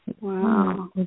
Wow